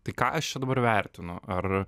tai ką aš čia dabar vertinu ar